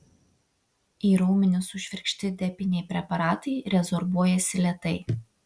į raumenis sušvirkšti depiniai preparatai rezorbuojasi lėtai